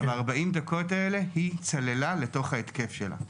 ב-40 דקות האלה היא צללה לתוך ההתקף שלה.